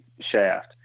shaft